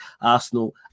Arsenal